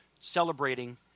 celebrating